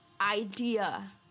idea